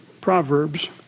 Proverbs